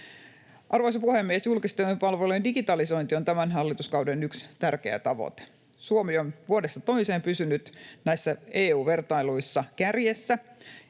Arvoisa puhemies! Julkisten palvelujen digitalisointi on yksi tämän hallituskauden tärkeä tavoite. Suomi on vuodesta toiseen pysynyt näissä EU-vertailuissa kärjessä